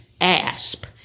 ASP